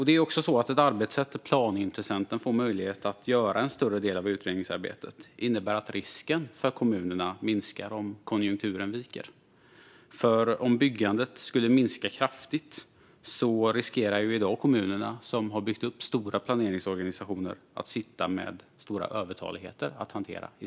Det är också så att ett arbetssätt där planintressenten får möjlighet att göra en större del av utredningsarbetet innebär att risken för kommunerna minskar om konjunkturen viker. Om byggandet skulle minska kraftigt riskerar i dag de kommuner som har byggt upp stora planeringsorganisationer att i stället sitta med stora övertaligheter att hantera.